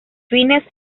fines